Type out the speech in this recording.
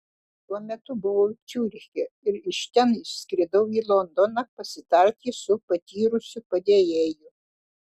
tuo metu buvau ciuriche ir iš ten išskridau į londoną pasitarti su patyrusiu padėjėju